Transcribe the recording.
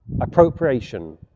appropriation